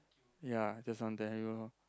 ya just something i don't know